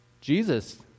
Jesus